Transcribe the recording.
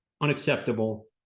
unacceptable